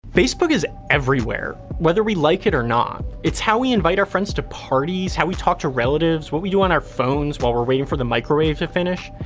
facebook is everywhere, whether we like it or not. it's how we invite our friends to parties, how we talk to relatives, what we do on our phones, while we're waiting for the microwave to finish.